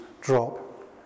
drop